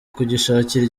kugishakira